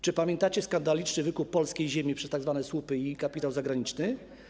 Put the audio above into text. Czy pamiętacie skandaliczny wykup polskiej ziemi przez tzw. słupy i kapitał zagraniczny?